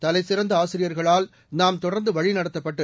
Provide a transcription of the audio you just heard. தலைசிறந்த ஆசிரியர்களால் நாம் தொடர்ந்து வழிநடத்தப்பட்டு